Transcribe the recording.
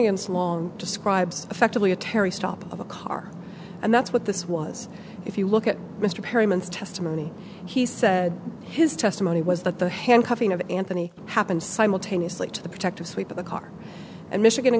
against long describes effectively a terry stop of a car and that's what this was if you look at mr perry man's testimony he said his testimony was that the handcuffing of anthony happened simultaneously to the protective sweep of the car and michigan